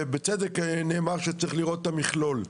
ובצדק נאמר שצריך לראות את המכלול.